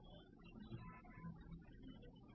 तो हमने आपको क्या दिया है और इसका सारांश क्या है